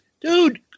dude